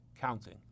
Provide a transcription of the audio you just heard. counting